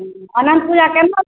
हूँ अनन्त पूजा केना